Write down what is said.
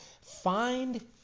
Find